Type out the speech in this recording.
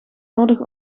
nodig